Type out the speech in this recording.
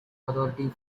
authority